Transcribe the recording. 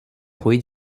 ହୋଇ